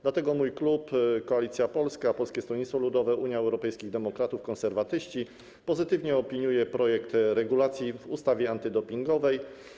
Dlatego mój klub Koalicja Polska - Polskie Stronnictwo Ludowe, Unia Europejskich Demokratów, Konserwatyści pozytywnie opiniuje projekt regulacji w ustawie antydopingowej.